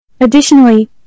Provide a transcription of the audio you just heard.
Additionally